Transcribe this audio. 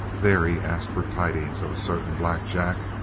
there he asked for tidings of a certain black jack,